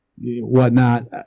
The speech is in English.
whatnot